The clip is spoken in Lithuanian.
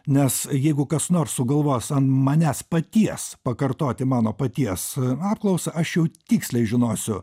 nes jeigu kas nors sugalvos ant manęs paties pakartoti mano paties apklausą aš jau tiksliai žinosiu